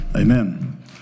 Amen